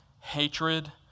hatred